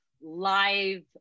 live